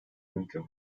mümkün